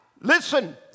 Listen